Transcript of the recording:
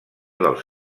dels